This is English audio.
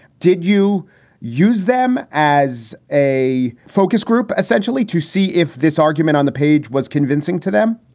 did you use them as a focus group, essentially to see if this argument on the page was convincing to them?